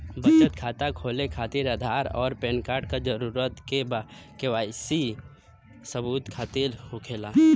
बचत खाता खोले खातिर आधार और पैनकार्ड क जरूरत के वाइ सी सबूत खातिर होवेला